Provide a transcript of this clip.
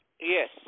Yes